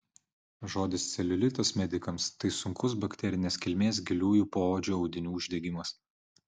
žodis celiulitas medikams tai sunkus bakterinės kilmės giliųjų poodžio audinių uždegimas